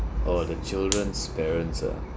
orh the children's parents ah